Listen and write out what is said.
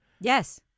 Yes